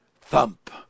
thump